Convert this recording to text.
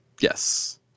Yes